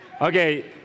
Okay